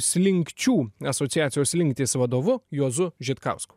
slinkčių asociacijos slinktys vadovu juozu žitkausku